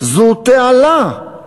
זו תעלה.